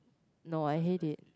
no I hate it